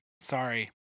Sorry